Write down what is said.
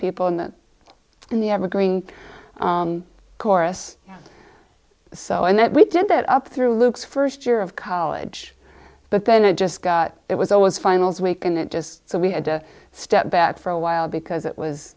people in the in the ever growing chorus so and that we did that up through luke's first year of college but then it just got it was always finals week and it just so we had to step back for a while because it was